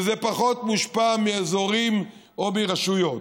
וזה פחות מושפע מאזורים או מרשויות.